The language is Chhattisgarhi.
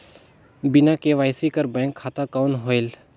बिना के.वाई.सी कर बैंक खाता कौन होएल?